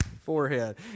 forehead